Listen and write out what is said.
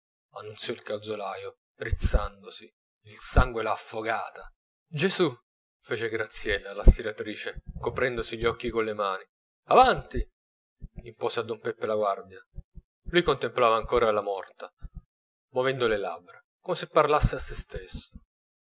proprio morta annunziò il calzolaio rizzandosi il sangue l'ha affogata gesù fece graziella la stiratrice coprendosi gli occhi con le mani avanti impose a don peppe la guardia lui contemplava ancora la morta movendo le labbra come se parlasse a sè stesso